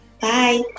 Bye